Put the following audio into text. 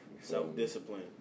Self-discipline